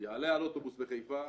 יעלה על אוטובוס בחיפה,